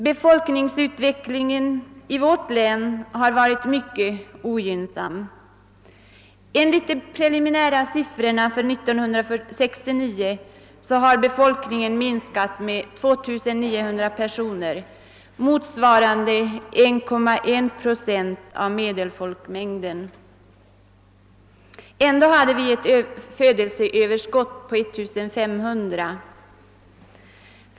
Befolkningsutvecklingen i vårt län har varit mycket ogynnsam. Enligt de preliminära siffrorna för 1969 har befolkningen minskat med 2 900 personer, motsvarande 1,1 procent av medelfolkmängden. Ändå hade vi ett födelseöverskott på 1 500.